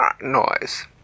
noise